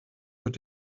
wird